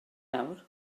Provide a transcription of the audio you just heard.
nawr